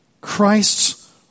Christ's